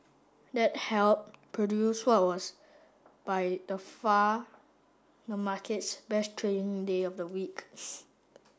that helped produce what was by the far the market's best trading day of the week